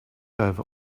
over